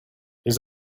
his